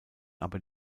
aber